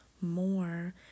more